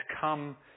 come